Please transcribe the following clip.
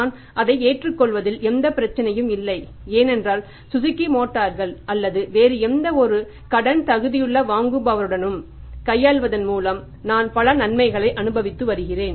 நான் அதை ஏற்றுக்கொள்வதில் எந்த பிரச்சனையும் இல்லை ஏனென்றால் சுசுகி மோட்டார்கள் அல்லது வேறு எந்தவொரு கடன் தகுதியுள்ள வாங்குபவருடனும் கையாள்வதன் மூலம் நான் பல நன்மைகளை அனுபவித்து வருகிறேன்